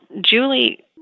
Julie